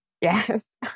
yes